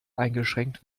eingeschränkt